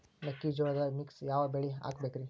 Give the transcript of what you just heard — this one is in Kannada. ಮೆಕ್ಕಿಜೋಳದಾಗಾ ಮಿಕ್ಸ್ ಯಾವ ಬೆಳಿ ಹಾಕಬೇಕ್ರಿ?